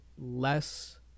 less